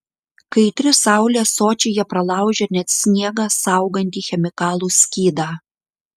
kaitri saulė sočyje pralaužia net sniegą saugantį chemikalų skydą